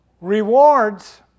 Rewards